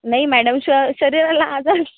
नाही मॅडम श शरीराला आजार